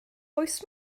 oes